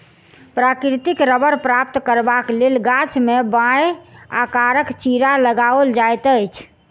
प्राकृतिक रबड़ प्राप्त करबाक लेल गाछ मे वाए आकारक चिड़ा लगाओल जाइत अछि